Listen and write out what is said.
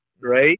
right